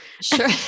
Sure